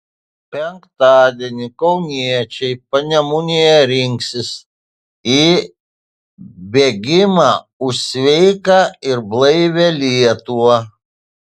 penktadienį kauniečiai panemunėje rinksis į bėgimą už sveiką ir blaivią lietuvą